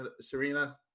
Serena